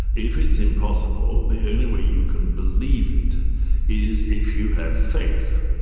if it's impossible, the only way you can believe it is if you have faith.